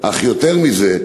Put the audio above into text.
אך יותר מזה,